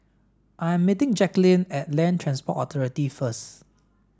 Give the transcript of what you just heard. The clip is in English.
I am meeting Jacquline at Land Transport Authority first